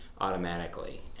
automatically